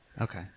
Okay